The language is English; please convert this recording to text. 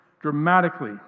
dramatically